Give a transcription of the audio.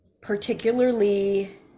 Particularly